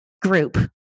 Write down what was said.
group